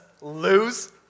lose